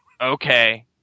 Okay